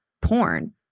porn